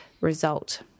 result